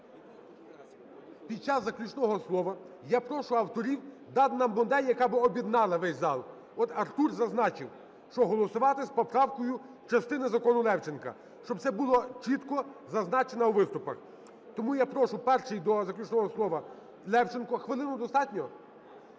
Під час заключного слова я прошу авторів дати нам модель, яка би об'єднала весь зал. Вот, Артур зазначив, що голосувати з поправкою частини закону Левченка, щоб це було чітко зазначено у виступах. Тому я прошу перший до заключного слова Левченко. Хвилину достатньо?